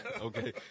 Okay